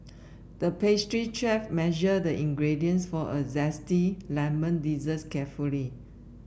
the pastry chef measured the ingredients for a zesty lemon dessert carefully